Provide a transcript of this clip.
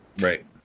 Right